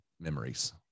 memories